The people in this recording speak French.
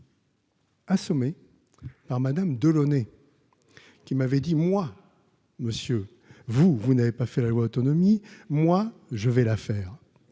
Assommé par Madame Delaunay qui m'avait dit : moi, monsieur, vous, vous n'avez pas fait la loi, autonomie, moi je vais la faire